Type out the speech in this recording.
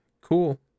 Cool